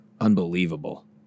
Unbelievable